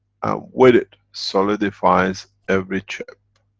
with it, solidifies every chip.